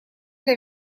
для